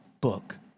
book